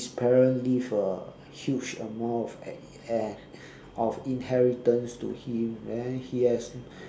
his parents leave a huge amount of of inheritance to him then he has